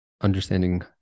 understanding